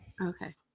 Okay